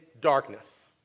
darkness